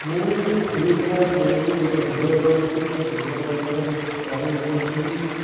ମୁଁ free fire ବୋଲିକି ଗୋଟେ ଭିଡ଼ିଓ ଗେମ୍ ଅଛି ସେ ଭିଡ଼ିଓ ଗେମ୍ରେ ଚ୍ୟାଲେଞ୍ଜ ନେଇଥିଲି